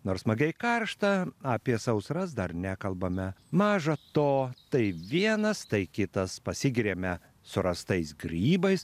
nors smagiai karšta apie sausras dar nekalbame maža to tai vienas tai kitas pasigiriame surastais grybais